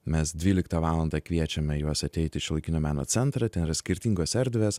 mes dvyliktą valandą kviečiame juos ateiti į šiuolaikinio meno centrą ten yra skirtingos erdvės